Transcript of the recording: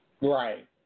Right